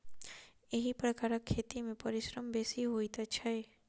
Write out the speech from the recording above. एहि प्रकारक खेती मे परिश्रम बेसी होइत छै